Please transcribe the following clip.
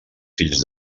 fills